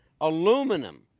Aluminum